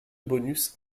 bonus